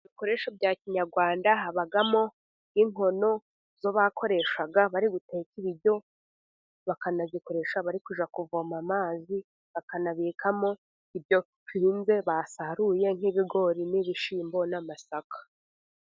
Ibikoresho bya kinyarwanda habamo inkono bakoreshaga bari guteka ibiryo bakanazikoresha bajya kuvoma amazi, bakanabikamo ibyo babinze basaruriye, nk'ibigori n'ibishyimbo n'amasaka.